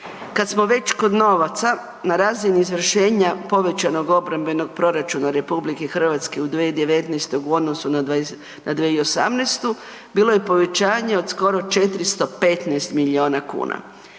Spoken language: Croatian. Kad smo već kod novaca na razini izvršenja povećanog obrambenog proračuna Republike Hrvatske u 2019. u odnosu na 2018. bilo je povećanje od skoro 415 milijuna kuna.